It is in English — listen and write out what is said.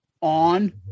on